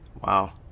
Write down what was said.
Wow